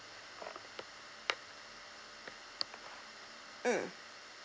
mm